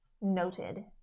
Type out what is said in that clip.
Noted